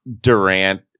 Durant